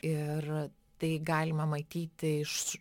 ir tai galima matyti iš